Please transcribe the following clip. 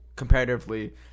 Comparatively